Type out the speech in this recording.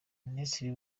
minisitiri